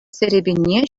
серепине